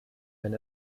wenn